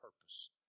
purpose